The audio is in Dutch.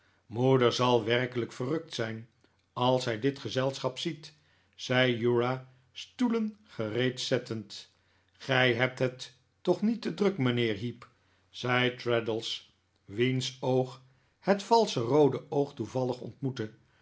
moeder zal werkelijk verrukt zijn als zij dit gezelschap ziet zei uriah stoelen gereed zettend gij hebt het toch niet te druk mijnheer heep zei traddles wiens oog het valsche roode oog toevallig ontmoette